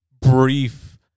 brief